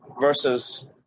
versus